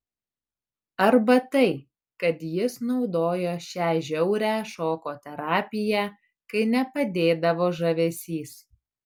arba tai kad jis naudojo šią žiaurią šoko terapiją kai nepadėdavo žavesys